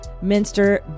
Minster